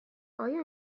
آیا